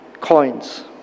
coins